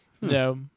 No